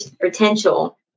potential